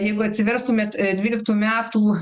jeigu atsiverstumėt dvyliktų metų